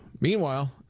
Meanwhile